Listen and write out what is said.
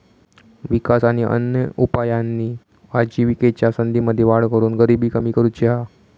विकास आणि अन्य उपायांनी आजिविकेच्या संधींमध्ये वाढ करून गरिबी कमी करुची हा